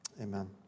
amen